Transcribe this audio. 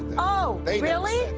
oh, really?